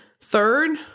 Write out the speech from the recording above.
Third